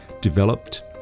developed